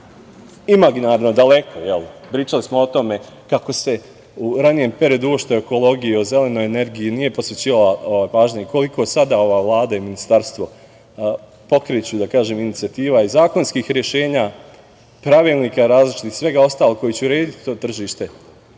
imaginarno, daleko. Pričali smo o tome kako se u ranijem periodu uopšte o ekologiji, o zelenoj energiji nije posvećivala pažnja i koliko sada ova Vlada i ministarstvo pokreću, da kažem, inicijativa i zakonskih rešenja, pravilnika različitih i svega ostalog koji će urediti to tržište,